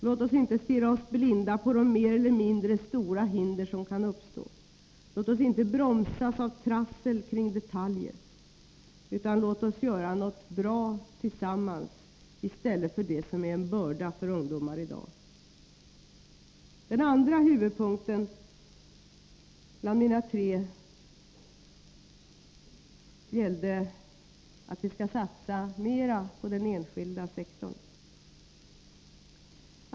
Låt oss inte stirra oss blinda på de mer eller mindre stora hinder som kan uppstå, låt oss inte bromsas av trassel kring detaljer, utan låt oss göra något bra tillsammans av det som är en börda för ungdomar i dag. Den andra huvudpunkten bland mina tre gällde att vi skall satsa mer på den enskilda sektorn.